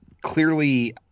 clearly